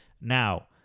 Now